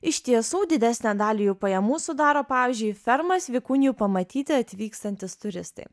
iš tiesų didesnę dalį jų pajamų sudaro pavyzdžiui į fermas vikunijų pamatyti atvykstantys turistai